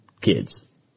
kids